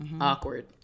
Awkward